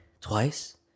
twice